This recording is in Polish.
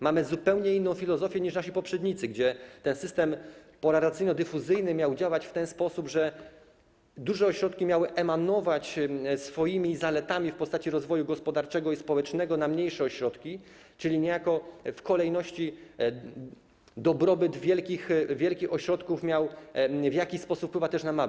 Mamy zupełnie inną filozofię niż nasi poprzednicy, dla których ten system polaryzacyjno-dyfuzyjny miał działać w ten sposób, że duże ośrodki miały emanować swoimi zaletami w postaci rozwoju gospodarczego i społecznego na mniejsze ośrodki, czyli niejako w takiej kolejności, że dobrobyt wielkich ośrodków miał w jakiś sposób wpływać też na te małe.